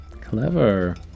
clever